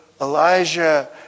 Elijah